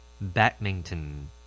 Badminton